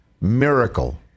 miracle